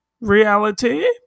reality